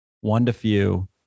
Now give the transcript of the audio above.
one-to-few